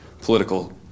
political